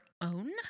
own